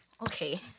Okay